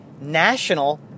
National